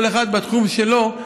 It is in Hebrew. כל אחד בתחום שלו,